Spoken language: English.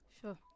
Sure